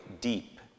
deep